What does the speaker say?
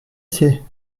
sait